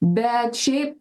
bet šiaip